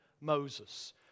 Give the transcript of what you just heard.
Moses